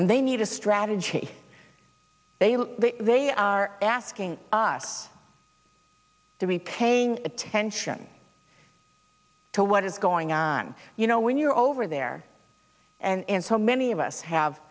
and they need a strategy they are asking us to be paying attention to what is going on you know when you're over there and so many of us have